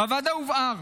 בוועדה הובהר